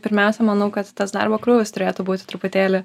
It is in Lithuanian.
pirmiausia manau kad tas darbo krūvis turėtų būt truputėlį